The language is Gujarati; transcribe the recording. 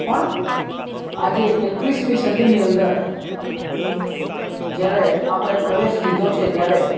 પણ આજે એકવીસમી સદીની અંદર જ્યારે આપણે પ્રવેશ લીધો છે ત્યારે